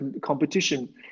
competition